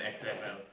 XFL